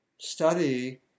study